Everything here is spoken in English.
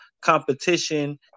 competition